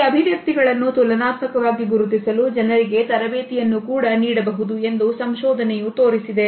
ಈ ಅಭಿವ್ಯಕ್ತಿಗಳನ್ನು ತುಲನಾತ್ಮಕವಾಗಿ ಗುರುತಿಸಲು ಜನರಿಗೆ ತರಬೇತಿಯನ್ನು ಕೂಡ ನೀಡಬಹುದು ಎಂದು ಸಂಶೋಧನೆಯು ತೋರಿಸಿದೆ